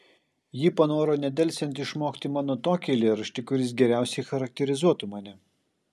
ji panoro nedelsiant išmokti mano tokį eilėraštį kuris geriausiai charakterizuotų mane